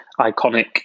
iconic